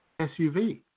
SUV